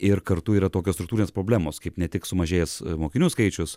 ir kartu yra tokios struktūrinės problemos kaip ne tik sumažėjęs mokinių skaičius